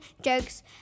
jokes